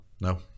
no